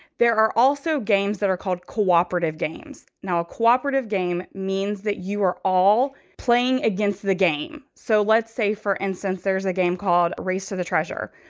there are also games that called cooperative games. now, a cooperative game means that you are all playing against the game. so let's say, for instance, there's a game called race to the treasure.